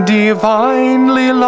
divinely